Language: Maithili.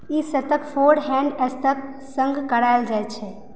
ई सतत फोरहैण्ड स्ट्रोकक सङ्ग करायल जाइत छै